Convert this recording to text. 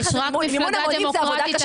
מימון המונים זו עבודה קשה,